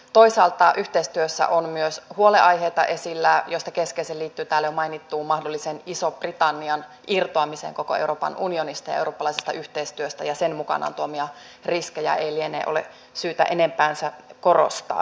toisaalta yhteistyössä on myös huolenaiheita esillä joista keskeisin liittyy täällä jo mainittuun mahdolliseen ison britannian irtoamiseen koko euroopan unionista ja eurooppalaisesta yhteistyöstä ja sen mukanaan tuomia riskejä ei liene syytä enempäänsä korostaa